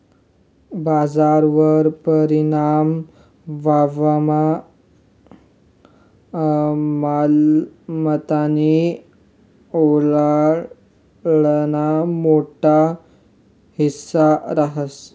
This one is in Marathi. बजारवर परिणाम व्हवामा मालमत्तानी उलाढालना मोठा हिस्सा रहास